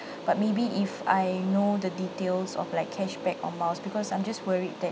but maybe if I know the details of like cashback or miles because I'm just worried that